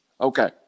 Okay